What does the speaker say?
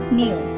new